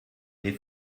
les